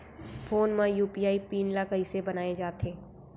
Phone म UPI PIN ल कइसे बनाये जाथे?